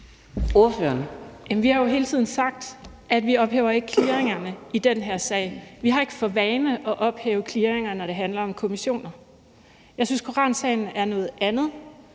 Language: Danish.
Vi har jo hele tiden sagt, at vi ikke ophæver clearingerne i den her sag. Vi har ikke for vane at ophæve clearinger, når det handler om kommissioner. Jeg synes, at koransagen er noget andet,